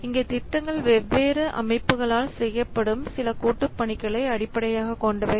இங்கே திட்டங்கள் வெவ்வேறு அமைப்புகளால் செய்யப்படும் சில கூட்டுப்பணிகளை அடிப்படையாகக் கொண்டவை